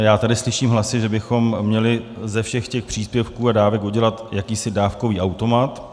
Já tady slyším hlasy, že bychom měli ze všech těch příspěvků a dávek udělat jakýsi dávkový automat.